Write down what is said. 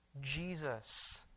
Jesus